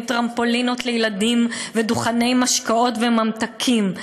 טרמפולינות לילדים ודוכני משקאות וממתקים,